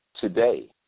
today